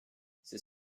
c’est